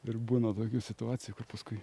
ir būna tokių situacijų kur paskui